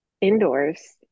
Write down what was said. Indoors